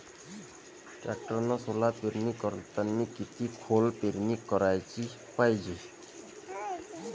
टॅक्टरनं सोला पेरनी करतांनी किती खोल पेरनी कराच पायजे?